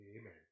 Amen